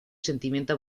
sentimiento